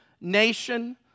nation